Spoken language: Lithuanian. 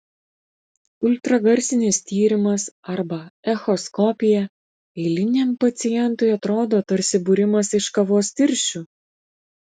ultragarsinis tyrimas arba echoskopija eiliniam pacientui atrodo tarsi būrimas iš kavos tirščių